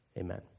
Amen